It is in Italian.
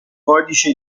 codice